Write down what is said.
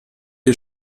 ihr